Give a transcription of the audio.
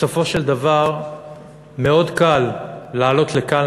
בסופו של דבר מאוד קל לעלות לכאן,